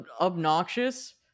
obnoxious